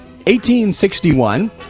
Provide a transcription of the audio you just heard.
1861